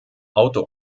auto